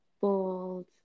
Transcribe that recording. bold